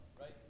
Right